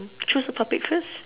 choose a topic first